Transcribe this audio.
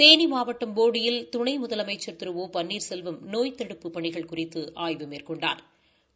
தேனி மாவட்டம் போடியில் துணை முதலமைச்ச் திரு ஒ பள்ளீர்செல்வம் நோய் தடுப்புப் பணிகள் குறித்து ஆய்வு மேற்கொண்டாா்